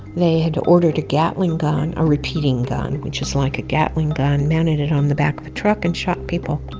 they had ordered a gatling gun, a repeating gun which is like a gatling gun, mounted it on the back of a truck, and shot people.